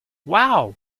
wow